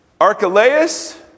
Archelaus